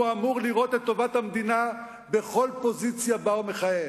והוא אמור לראות את טובת המדינה בכל פוזיציה שבה הוא מכהן,